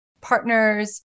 partners